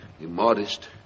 immodest